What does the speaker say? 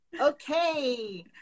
Okay